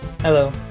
Hello